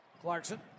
Clarkson